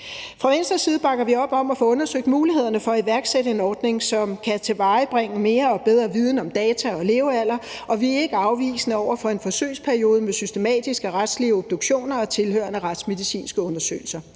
Fra Venstres side bakker vi op om at få undersøgt mulighederne for at iværksætte en ordning, som kan tilvejebringe mere og bedre viden om data og levealder, og vi er ikke afvisende over for en forsøgsperiode med systematiske retslige obduktioner og tilhørende retsmedicinske undersøgelser.